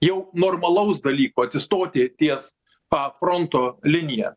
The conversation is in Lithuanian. jau normalaus dalyko atsistoti ties pa fronto linija